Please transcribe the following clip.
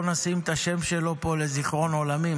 לא נשים את השם שלו פה לזיכרון עולמים?